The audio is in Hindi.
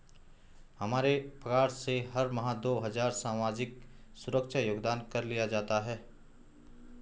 हमारे पगार से हर माह दो हजार सामाजिक सुरक्षा योगदान कर लिया जाता है